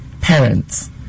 parents